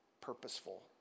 purposeful